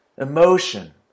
emotion